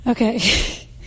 okay